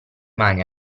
mani